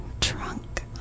trunk